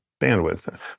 bandwidth